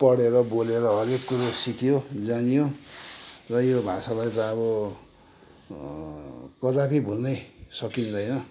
पढेर बोलेर हरेक कुरो सिकियो जानियो र यो भाषालाई त अब कदापि भुल्नै सकिँदैन